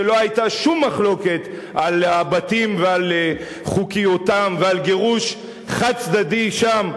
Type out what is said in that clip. ולא היתה שום מחלוקת על הבתים ועל חוקיותם ועל גירוש חד-צדדי שם,